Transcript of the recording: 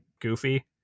goofy